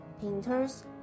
painters